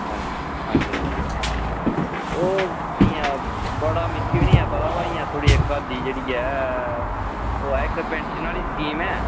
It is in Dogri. अच्छा अच्छा ओह् इंया बड़ा मिगी बी निं ऐ पता बा इंया इक्क आवा दी जेह्ड़ी ऐ ओह् आवा दी पेंशन आह्ली स्कीम